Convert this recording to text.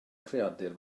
creadur